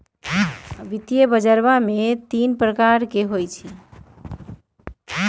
पूजवा ने कहल कई कि वित्तीय बजरवा में दक्षता तीन प्रकार के होबा हई